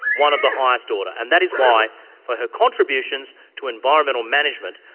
one of the highest order, and that is why for her contributions to environmental management,